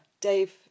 Dave